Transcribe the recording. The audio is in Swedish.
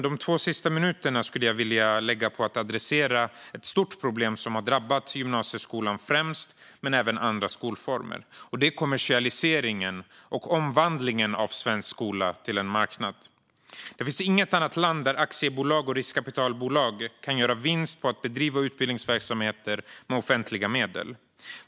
De två sista minuterna skulle jag vilja ägna åt att adressera ett stort problem som främst har drabbat gymnasieskolan men även andra skolformer, och det är kommersialiseringen och omvandlingen av svensk skola till en marknad. Det finns inget annat land där aktiebolag och riskkapitalbolag kan göra vinst på att bedriva utbildningsverksamheter med offentliga medel.